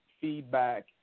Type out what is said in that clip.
feedback